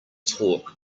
talk